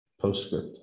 postscript